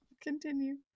continue